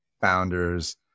founders